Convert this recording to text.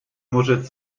может